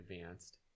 Advanced